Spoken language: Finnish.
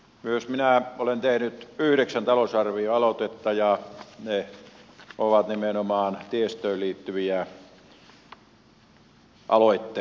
myös minä olen tehnyt yhdeksän talousarvioaloitetta ja ne ovat nimenomaan tiestöön liittyviä aloitteita